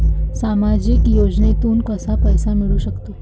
सामाजिक योजनेतून कसा पैसा मिळू सकतो?